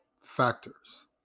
factors